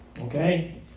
Okay